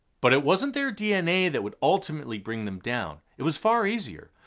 but it wasn't their dna that would ultimately bring them down. it was far easier.